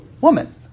woman